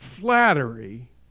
flattery